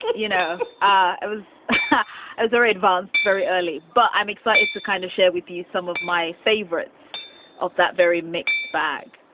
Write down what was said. you know, i was ozora advanced very early. but i'm excited to kind of share with you some of my favorites of that very mixed bag.